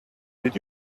did